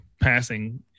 passing